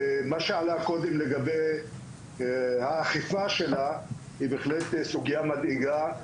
מה שעלה קודם לגבי האכיפה שלה היא בהחלט סוגיה מדאיגה.